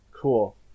cool